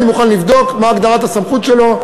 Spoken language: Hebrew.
אני מוכן לבדוק מה הגדרת הסמכות שלו,